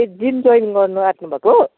ए gym join गर्नु आँट्नु भएको